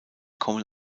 kommen